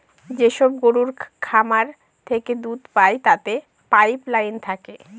যেসব গরুর খামার থেকে দুধ পায় তাতে পাইপ লাইন থাকে